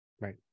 Right